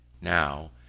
Now